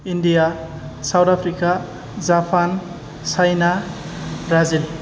India South Africa Japan China Brazil